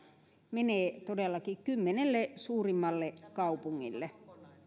menee todellakin kymmenelle suurimmalle kaupungille